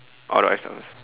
or do I start first